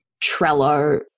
Trello